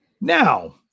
Now